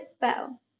Bell